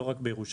לא רק בירושלים,